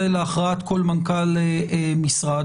זה להכרעת כל מנכ"ל משרד.